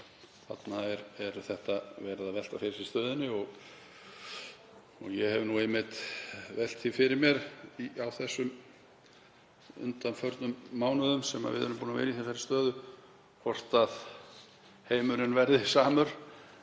Þarna er verið að velta fyrir sér stöðunni. Ég hef einmitt velt því fyrir mér á þessum undanförnum mánuðum sem við erum búnir að vera í þessari stöðu, hvort heimurinn verði samur